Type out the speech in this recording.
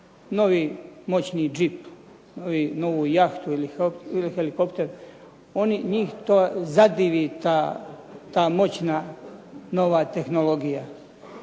novi moćni džip, novu jahtu ili helikopter oni, njih zadivi ta moćna nova tehnologija